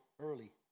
early